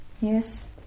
Yes